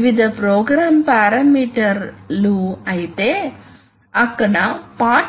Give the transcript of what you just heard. మీరు నిర్ధారించుకోవాలి